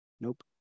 Nope